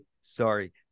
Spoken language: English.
sorry